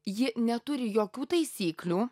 ji neturi jokių taisyklių